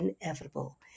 inevitable